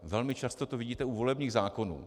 Velmi často to vidíte u volebních zákonů.